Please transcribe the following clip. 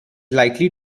likely